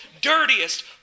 dirtiest